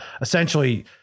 essentially